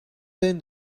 bin